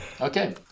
Okay